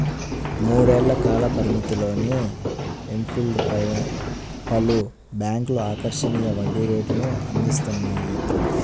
మూడేళ్ల కాల పరిమితిలోని ఎఫ్డీలపై పలు బ్యాంక్లు ఆకర్షణీయ వడ్డీ రేటును అందిస్తున్నాయి